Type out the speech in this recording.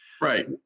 right